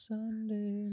Sunday